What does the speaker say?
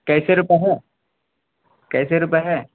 کیسے روپے ہیں کیسے روپے ہیں